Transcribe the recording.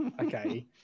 Okay